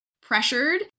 pressured